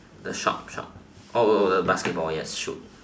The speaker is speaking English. the shop shop oh basketball yes shoot